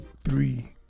three